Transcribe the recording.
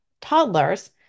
toddlers